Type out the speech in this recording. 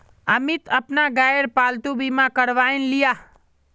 अमित अपना गायेर पालतू बीमा करवाएं लियाः